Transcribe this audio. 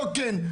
לא כן.